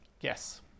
Yes